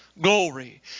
glory